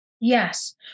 Yes